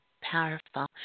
Powerful